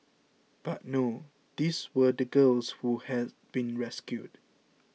but no these were the girls who had been rescued